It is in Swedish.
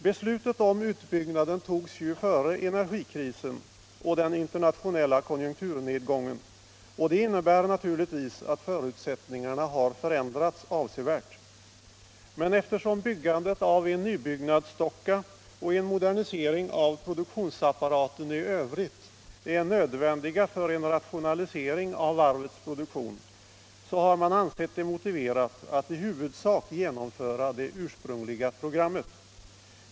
Beslutet om utbyggnaden togs ju före energikrisen och den internationella konjunkturnedgången, och det innebär naturligtvis att förutsättningarna har förändrats avsevärt. Men eftersom byggandet av en nybyggnadsdocka och en modernisering av produktionsapparaten i övrigt är nödvändiga för en rationalisering av varvets produktion, så har man ansett det motiverat att i huvudsak genomföra det ursprungliga programmet.